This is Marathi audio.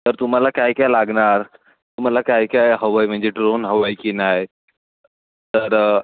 तर तुम्हाला काय काय लागणार तुम्हाला काय काय हवं आहे म्हणजे ड्रोन हवं आहे की नाही तर